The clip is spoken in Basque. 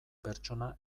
pertsona